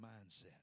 mindset